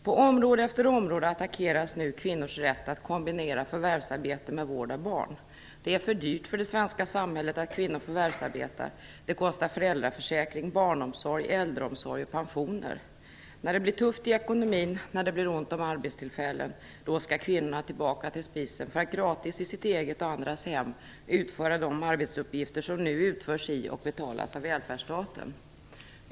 På område efter område attackeras nu kvinnors rätt att kombinera förvärvsarbete med vård av barn. Det är för dyrt för det svenska samhället att kvinnor förvärvsarbetar - det kostar föräldraförsäkring, barnomsorg, äldreomsorg och pensioner. När det blir tufft i ekonomin och när det blir ont om arbetstillfällen skall kvinnorna tillbaka till spisen för att i sitt eget och andras hem gratis utföra de arbetsuppgifter som nu utförs i och betalas av välfärdsstaten.